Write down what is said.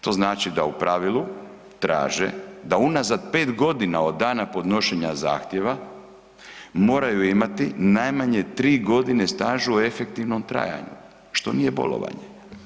To znači da u pravilu traže da unazad 5 g. od dana podnošenja zahtjeva, moraju imati najmanje 3 g. staža u efektivnom trajanju, što nije bolovanje.